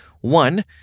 one